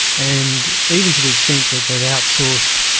and even to the extent that they've outsourced